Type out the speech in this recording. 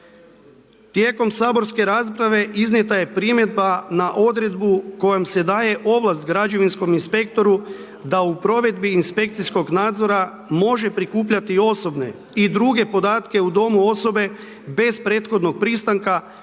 Tijekom saborske rasprave iznijeta je primjedba na odredbu kojom se daje ovlast građevinskom inspektoru da u provedbi inspekcijskog nadzora može prikupljati osobne i druge podatke u domu osobe bez prethodnog pristanka